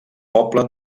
poble